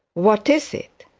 what is it?